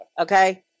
Okay